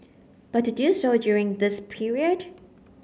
but to do so during this period